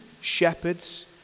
shepherds